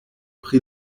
pri